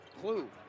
clue